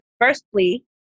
Firstly